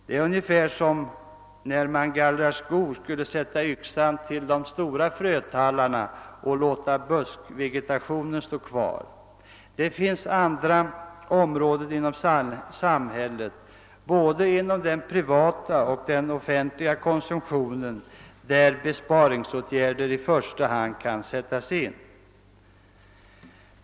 Det är ungefär som om man när man gallrade skog skulle sätta yxan till de stora frötallarna och låta buskvegetationen stå kvar. Det finns andra samhällsområden — inom både den privata och den offentliga konsumtionen — där besparingsåtgärder i första hand kan sättas in.